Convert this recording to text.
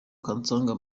kansanga